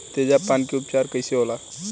तेजाब पान के उपचार कईसे होला?